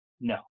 No